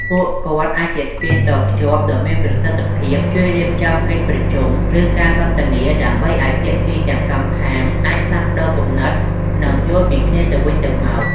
ពួកគាត់អាចជាស្ពានតភ្ជាប់ដ៏មានប្រសិទ្ធភាព ជួយរៀបចំកិច្ចប្រជុំ ឬការសន្ទនា ដើម្បីឲ្យភាគីទាំងសងខាងអាចផ្លាស់ប្តូរគំនិត និងយល់ពីគ្នាទៅវិញទៅមក។